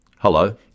Hello